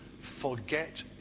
forget